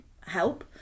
help